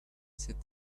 said